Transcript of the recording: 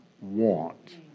want